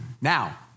Now